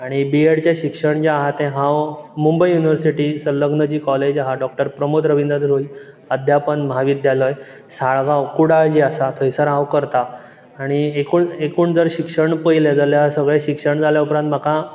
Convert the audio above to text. आनी B Ed चें शिक्षण जें आहा तें हांव मुंबय युनिवरसिटी सरल्ली जी कॉलेज आहा डॉ प्रमोद रविद्रनाथ द्रोही अध्ययापन म्हाविध्यालय साळगांव कुडाळ जी आसा थंयसर हांव करतां आनी एकूण एकूण जर शिक्षण पयलें जाल्यार सगळें शिक्षण जाले उपरांत म्हाका